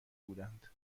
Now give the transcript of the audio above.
بودند